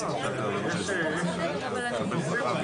לחסוך מבוכה גדולה עבור מדינת ישראל שכל העולם ראה את התמונות האלה,